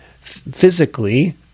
physically